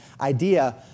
idea